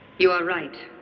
you are right.